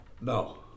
No